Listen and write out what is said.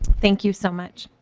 thank you so much.